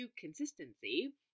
consistency